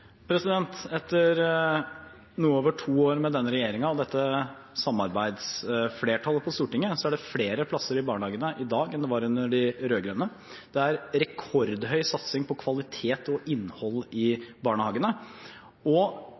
Etter noe over to år med denne regjeringen og dette samarbeidsflertallet på Stortinget er det flere plasser i barnehagene i dag enn det var under de rød-grønne. Det er rekordhøy satsing på kvalitet og innhold i barnehagene, og